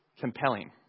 compelling